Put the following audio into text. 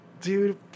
Dude